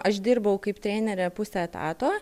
aš dirbau kaip trenerė pusę etato